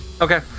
okay